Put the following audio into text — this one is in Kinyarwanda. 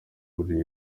buriri